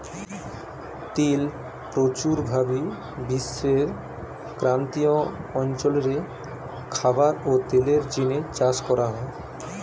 তিল প্রচুর ভাবি বিশ্বের ক্রান্তীয় অঞ্চল রে খাবার ও তেলের জিনে চাষ করা হয়